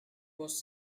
was